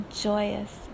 joyous